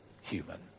human